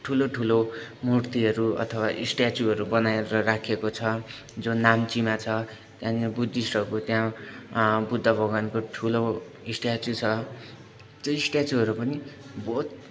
ठुलो ठुलो मूर्तिहरू अथवा स्टेचुहरू बनाएर राखेको छ जो नाम्चीमा छ त्यहाँनिर बुद्धिस्टहरूको त्यहाँ बुद्धको भगवानको ठुलो स्टेचु छ त्यो स्टेचुहरू पनि बहुत